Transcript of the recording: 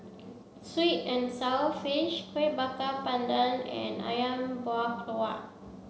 Sweet and Sour Fish Kueh Bakar Pandan and Ayam Buah Keluak